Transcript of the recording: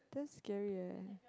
that's scary leh